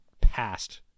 past